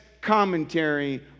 commentary